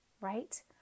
Right